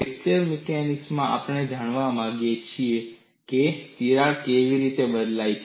fracture માં આપણે જાણવા માંગીએ છીએ કે તિરાડ કેવી રીતે ફેલાય છે